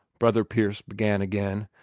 brother pierce began again.